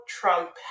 trump